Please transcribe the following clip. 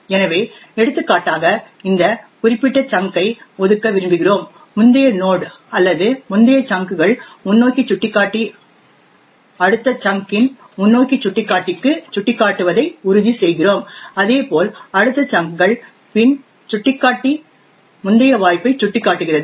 எனவே எடுத்துக்காட்டாக இந்த குறிப்பிட்ட சங்க் ஐ ஒதுக்க விரும்புகிறோம் முந்தைய நோட் அல்லது முந்தைய சங்க்கள் முன்னோக்கி சுட்டிக்காட்டி அடுத்த சங்க் இன் முன்னோக்கி சுட்டிக்காட்டிக்கு சுட்டிக்காட்டுவதை உறுதிசெய்கிறோம் அதேபோல் அடுத்த சங்க்கள் பின் சுட்டிக்காட்டி முந்தைய வாய்ப்பை சுட்டிக்காட்டுகிறது